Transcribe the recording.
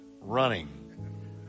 running